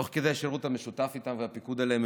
תוך כדי השירות המשותף איתם והפיקוד עליהם